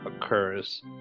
occurs